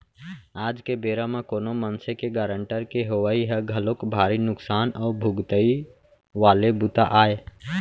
आज के बेरा म कोनो मनसे के गारंटर के होवई ह घलोक भारी नुकसान अउ भुगतई वाले बूता आय